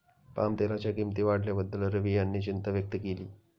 पामतेलाच्या किंमती वाढल्याबद्दल रवी यांनी चिंता व्यक्त केली